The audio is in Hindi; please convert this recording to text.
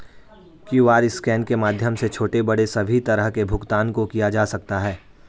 क्यूआर स्कैन के माध्यम से छोटे बड़े सभी तरह के भुगतान को किया जा सकता है